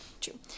true